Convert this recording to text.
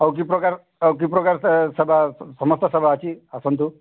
ହଉ କି ପ୍ରକାର ହଉ କି ପ୍ରକାର ସେବା ସମସ୍ତ ସେବା ଅଛି ଆସନ୍ତୁ